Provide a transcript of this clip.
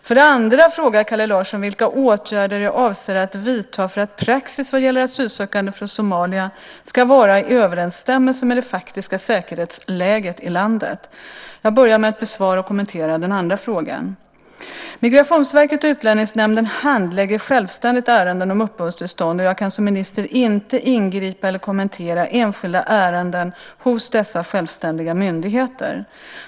För det andra frågar Kalle Larsson vilka åtgärder jag avser att vidta för att praxis vad gäller asylsökande från Somalia ska vara i överensstämmelse med det faktiska säkerhetsläget i landet. Jag börjar med att besvara och kommentera den andra frågan. Migrationsverket och Utlänningsnämnden handlägger självständigt ärenden om uppehållstillstånd, och jag kan som minister inte ingripa eller kommentera enskilda ärenden hos dessa självständiga myndigheter.